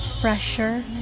fresher